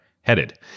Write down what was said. headed